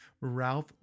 Ralph